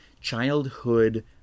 childhood